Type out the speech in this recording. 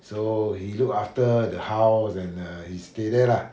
so he looked after the house and err he stay there lah